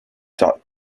dot